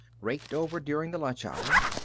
raked over during the lunch hour.